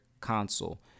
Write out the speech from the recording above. console